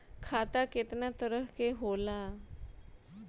खाता केतना तरह के होला?